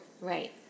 Right